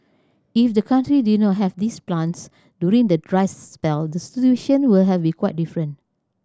if the country did not have these plants during the dry spell the situation were have be quite different